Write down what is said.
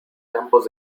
campos